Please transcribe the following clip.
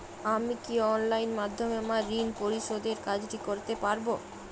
আমি কি অনলাইন মাধ্যমে আমার ঋণ পরিশোধের কাজটি করতে পারব?